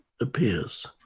appears